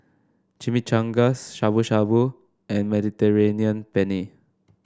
Chimichangas Shabu Shabu and Mediterranean Penne